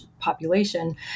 population